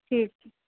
ठीक ठीक